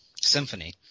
Symphony